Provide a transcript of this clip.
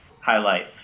highlights